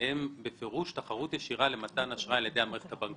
הן בפירוש תחרות ישירה למתן אשראי על ידי המערכת הבנקאית.